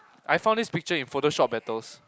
I found this picture in photoshop battles